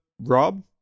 Rob